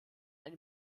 eine